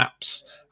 apps